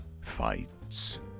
fights